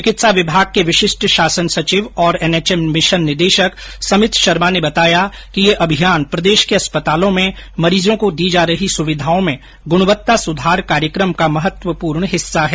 चिकित्सा विभाग रा विशिष्ट शासन सचिव अर एनएचएम मिशन निदेशक समित शर्मा बताया कै यो अभियान प्रदेश रा सफाखाना मांय मरीजां नै दी जारी सुविधावां मांय गृणवत्ता सुधार कार्यकम रो महत्वपूर्ण हिस्सो है